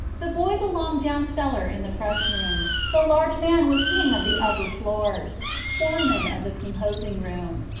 the boy belonged down cellar in the press-room, the large man was king of the upper floors, foreman of the composing-room.